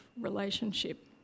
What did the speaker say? relationship